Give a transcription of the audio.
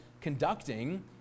conducting